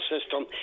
system